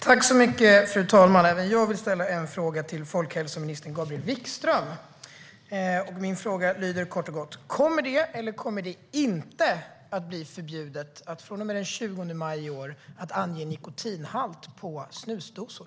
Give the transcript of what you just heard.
Fru talman! Även jag vill ställa en fråga till folkhälsominister Gabriel Wikström. Min fråga lyder kort och gott: Kommer det eller kommer det inte att bli förbjudet från och med den 20 maj i år att ange nikotinhalt på snusdosor?